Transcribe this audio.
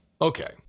Okay